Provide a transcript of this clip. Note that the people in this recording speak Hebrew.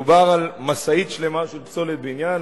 מדובר על משאית שלמה של פסולת בניין,